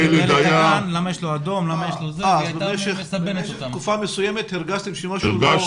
אחרי תקופה מסוימת הרגשתם שמשהו מוזר?